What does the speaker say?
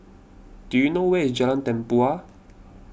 do you know where is Jalan Tempua